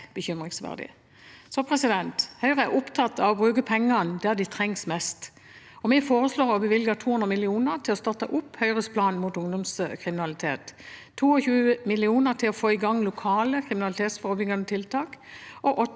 bekymringsfull. Høyre er opptatt av å bruke pengene der de trengs mest, og vi foreslår å bevilge 200 mill. kr til å starte opp Høyres plan mot ungdomskriminalitet, 22 mill. kr til å få i gang lokale kriminalitetsforebyggende tiltak